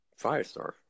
Firestar